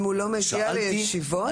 אם הוא לא מגיע לישיבות ונבצר ממנו למלא?